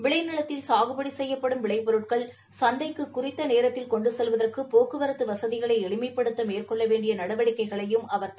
விளைநிலத்தில் சாகுபடி செய்யப்படும் விளைபொருட்கள் சந்தைக்கு குறித்த நேரத்தில் கொண்டு செல்வதற்கு போக்குவரத்து வசதிகளை எளிமைப்படுத்த மேற்கொள்ள வேண்டிய நடவடிக்கைகளையும் அவர் தனது உரையில் எடுத்துரைத்தார்